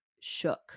shook